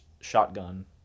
shotgun